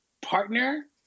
partner